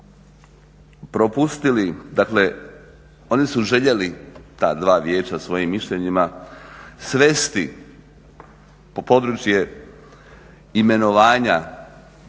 propustili, dakle oni su željeli, ta dva vijeća svojim mišljenjima svesti područje imenovanja